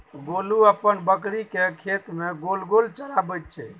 गोलू अपन बकरीकेँ खेत मे गोल गोल चराबैत छै